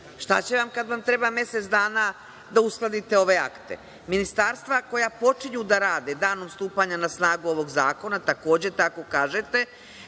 Šta će vam kad vam treba mesec dana da uskladite ove akte. Ministarstva koja počinju da rade danom stupanja na snagu ovog zakona, takođe, tako kažete,